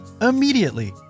immediately